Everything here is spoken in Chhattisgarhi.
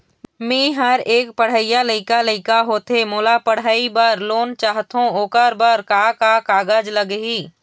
मेहर एक पढ़इया लइका लइका होथे मोला पढ़ई बर लोन चाहथों ओकर बर का का कागज लगही?